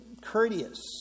courteous